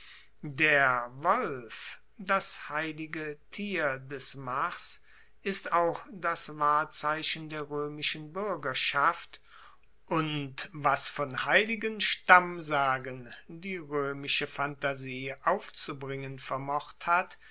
der wolf das heilige tier des mars ist auch das wahrzeichen der roemischen buergerschaft und was von heiligen stammsagen die roemische phantasie aufzubringen vermocht hat